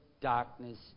darkness